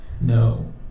No